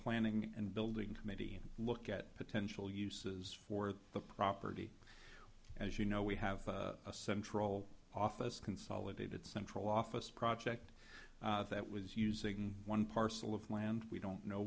planning and building committee and look at potential uses for the property as you know we have a central office consolidated central office project that was using one parcel of land we don't know